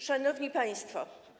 Szanowni Państwo!